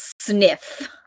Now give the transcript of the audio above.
sniff